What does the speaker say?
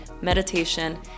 meditation